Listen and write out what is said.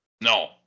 No